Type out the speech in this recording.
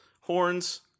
horns